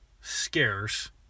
scarce